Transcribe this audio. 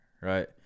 right